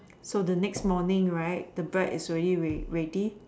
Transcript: so the next morning right the bread is already ready